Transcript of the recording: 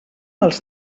els